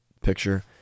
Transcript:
picture